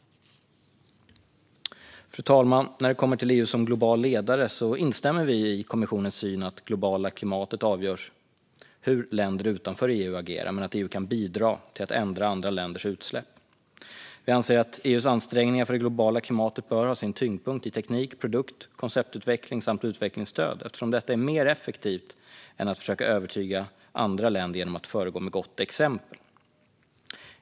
Fru talman! När det kommer till EU som global ledare instämmer vi i kommissionens syn att det globala klimatet avgörs av hur länder utanför EU agerar men att EU kan bidra till att ändra andra länders utsläpp. Vi anser att EU:s ansträngningar för det globala klimatet bör ha sin tyngdpunkt i teknik-, produkt och konceptutveckling samt utvecklingsstöd, eftersom detta är mer effektivt än att försöka övertyga andra länder genom att föregå med gott exempel.